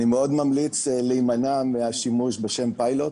אני מאוד ממליץ להימנע מהשימוש בשם פיילוט.